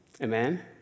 Amen